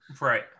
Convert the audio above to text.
Right